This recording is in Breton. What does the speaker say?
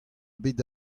bet